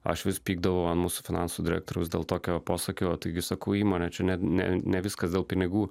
aš vis pykdavau ant mūsų finansų direktoriaus dėl tokio posakio taigi sakau įmonė čia ne ne viskas dėl pinigų